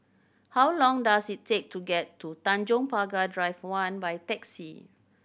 how long does it take to get to Tanjong Pagar Drive One by taxi